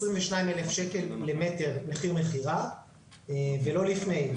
22,000 שקל למטר מחיר מכירה ולא לפני.